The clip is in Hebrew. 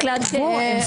הצבעה לא אושרו.